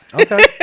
Okay